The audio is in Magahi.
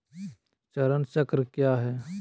चरण चक्र काया है?